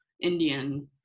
indian